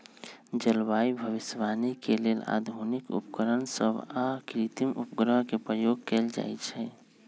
जलवायु भविष्यवाणी के लेल आधुनिक उपकरण सभ आऽ कृत्रिम उपग्रहों के प्रयोग कएल जाइ छइ